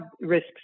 risks